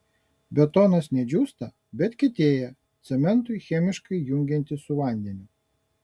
betonas ne džiūsta bet kietėja cementui chemiškai jungiantis su vandeniu